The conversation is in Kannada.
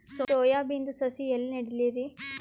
ಸೊಯಾ ಬಿನದು ಸಸಿ ಎಲ್ಲಿ ನೆಡಲಿರಿ?